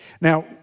Now